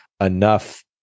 enough